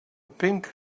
pink